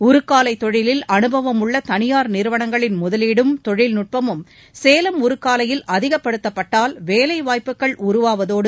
உருக்காலை தொழிலில் அனுபவம் உள்ள தனியார் நிறுவனங்களின் முதலீடும் தொழில்நுட்பமும் சேலம் உருக்காலையில் அதிகப்படுத்தப்பட்டால் வேலை வாய்ப்புகள் உருவாவதோடு